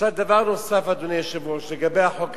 אדוני היושב-ראש, דבר נוסף לגבי החוק הזה: